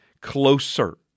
closer